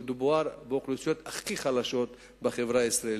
מדובר באוכלוסיות הכי חלשות בחברה הישראלית.